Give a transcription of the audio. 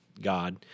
God